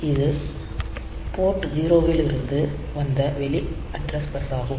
இது போர்ட் 0 விலிருந்து வந்த வெளி அட்ரஸ் பஸ் ஆகும்